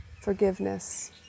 Forgiveness